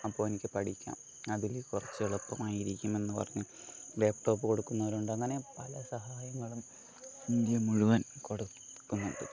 അപ്പോൾ എനിക്ക് പഠിക്കാം അതിൽ കുറച്ച് എളുപ്പമായിരിക്കും എന്ന് പറഞ്ഞ് ലാപ്ടോപ്പ് കൊടുക്കുന്നവരുണ്ട് അങ്ങനെ പല സഹായങ്ങളും ഇന്ത്യ മുഴുവൻ കൊടുക്കുന്നുണ്ട്